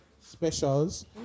specials